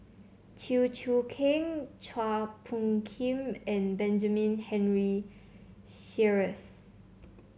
Chew Choo Keng Chua Phung Kim and Benjamin Henry Sheares